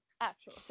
actual